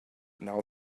now